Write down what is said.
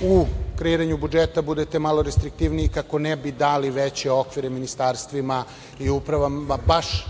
u kreiranju budžeta budete malo restriktivniji, kako ne bi dali veće okvire ministarstvima i upravama, baš